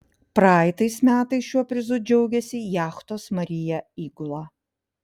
praeitais metais šiuo prizu džiaugėsi jachtos maria įgula